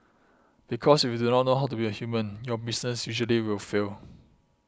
because if you do not know how to be a human your business usually will fail